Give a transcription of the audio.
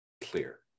clear